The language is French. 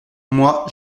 moi